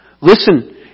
Listen